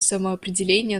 самоопределения